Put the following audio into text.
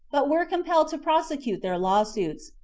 but were compelled to prosecute their law-suits,